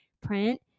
print